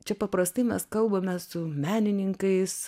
čia paprastai mes kalbamės su menininkais